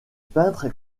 peintres